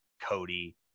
Cody